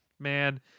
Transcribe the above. man